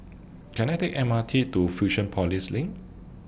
Can I Take M R T to Fusionopolis LINK